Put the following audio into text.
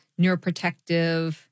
neuroprotective